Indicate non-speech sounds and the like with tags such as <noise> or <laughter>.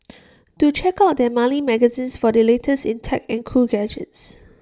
<noise> do check out their monthly magazine for the latest in tech and cool gadgets